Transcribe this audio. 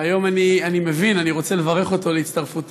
והיום אני מבין: אני רוצה לברך אותו להצטרפותו